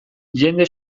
jende